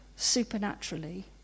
supernaturally